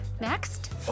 Next